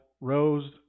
rose